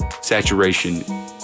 saturation